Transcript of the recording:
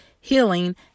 healing